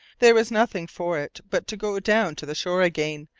there was nothing for it but to go down to the shore again,